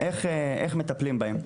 איך מטפלים בהן.